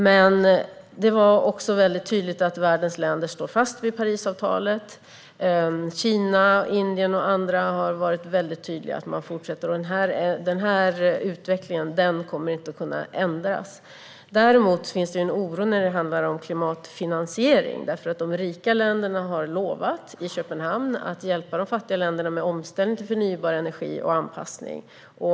Men det var också väldigt tydligt att världens länder står fast vid Parisavtalet. Kina, Indien och andra har varit väldigt tydliga med att man fortsätter, och den utvecklingen kommer inte att kunna ändras. Däremot finns det en oro när det handlar om klimatfinansiering, eftersom de rika länderna i Köpenhamn lovade att hjälpa de fattiga länderna med omställning till förnybar energi och anpassning.